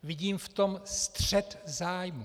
Vidím v tom střet zájmů.